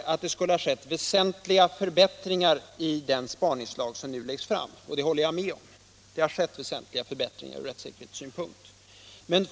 Först och främst skulle det ha skett väsentliga förbättringar ur rättssäkerhetssynpunkt i det förslag som nu läggs fram. Det håller jag med om. Men